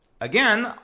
Again